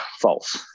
false